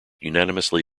unanimously